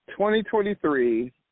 2023